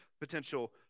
potential